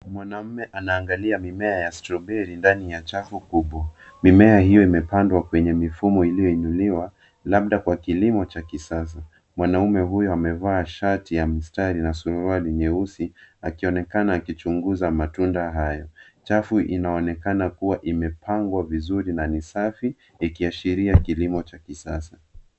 Mwanaume anaangali mimea ya stroberi ndani ya javu kubwa. Mimea hio imepandwa kwenye mivumo imeinuliwa labda kwa kilimo cha kisasa. Mwanaume huyu amevaa shati ya msitari na suruali nyeusi akionekana akichunguza matunda hayo. Javu inaonekana kuwa imepangwa vizuri na ni safi ikiashiria kilimo cha kisasa.